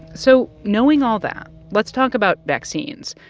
so knowing all that, let's talk about vaccines.